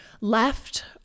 left